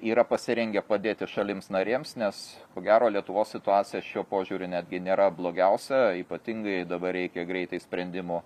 yra pasirengę padėti šalims narėms nes ko gero lietuvos situacija šiuo požiūriu netgi nėra blogiausia ypatingai dabar reikia greitai sprendimų